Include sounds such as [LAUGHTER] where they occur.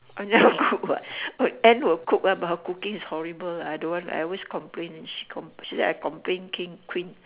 I never [LAUGHS] cook what my aunt will cook one mah her cooking is horrible I don't want I always complain she com~ she say I complain king queen